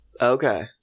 Okay